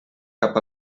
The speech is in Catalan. cap